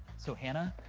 so, hannah,